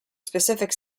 specific